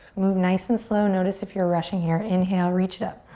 move nice and slow. notice if you're rushing here. inhale, reach it up.